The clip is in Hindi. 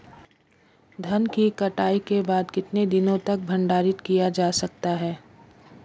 धान की कटाई के बाद कितने दिनों तक भंडारित किया जा सकता है?